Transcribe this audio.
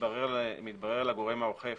מתברר לגורם האוכף,